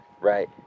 right